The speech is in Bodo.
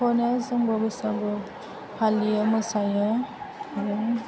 खनो जोंबो बैसागुआव फालियो मोसायो आरो